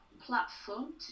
platform